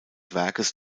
werkes